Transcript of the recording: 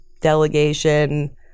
delegation